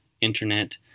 internet